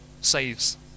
saves